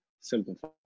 simplify